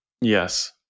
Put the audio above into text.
Yes